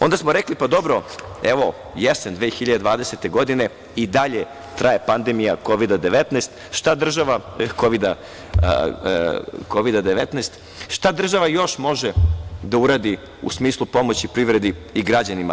Onda smo rekli – pa dobro, evo, jesen 2020. godine, i dalje traje pandemija Kovida-19, šta država još može da uradi u smislu pomoći privredi i građanima?